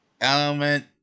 element